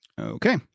Okay